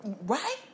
right